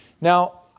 Now